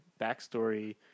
backstory